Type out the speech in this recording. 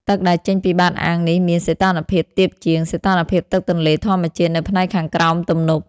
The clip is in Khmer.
ទឹកដែលចេញពីបាតអាងនេះមាន សីតុណ្ហភាពទាបជាង សីតុណ្ហភាពទឹកទន្លេធម្មជាតិនៅផ្នែកខាងក្រោមទំនប់។